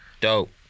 Dope